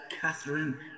Catherine